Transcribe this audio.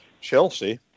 Chelsea